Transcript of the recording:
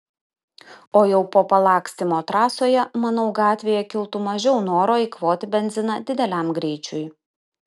o jau po palakstymo trasoje manau gatvėje kiltų mažiau noro eikvoti benziną dideliam greičiui